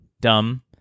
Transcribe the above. dumb